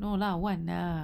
no lah one ah